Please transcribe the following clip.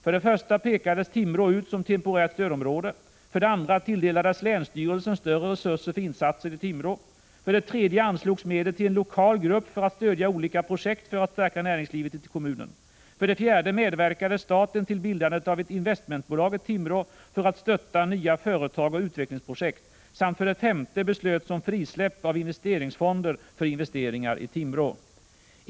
För det första pekades Timrå ut som temporärt stödområde, för det andra tilldelades länsstyrelsen större resurser för insatser i Timrå, för det tredje anslogs medel till en lokal grupp för att stödja olika projekt för att stärka näringslivet i kommunen, för det fjärde medverkade staten till bildandet av ett investmentbolag i Timrå för att stötta nya företag och utvecklingsprojekt samt för det femte beslöts om frisläpp av investeringsfonder för investeringar i Timrå.